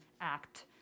Act